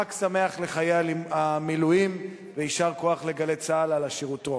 חג שמח לחיילי המילואים ויישר כוח ל"גלי צה"ל" על ה"שירותרום".